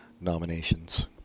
nominations